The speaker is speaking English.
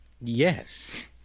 yes